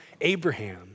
Abraham